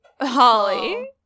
Holly